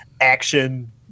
action